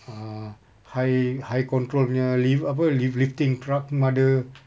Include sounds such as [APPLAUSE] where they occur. err high high control punya lift~ apa lift~ lifting truck pun ada [NOISE]